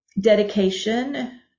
dedication